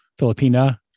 Filipina